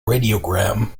radiogram